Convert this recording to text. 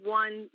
one